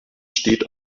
steht